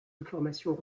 informations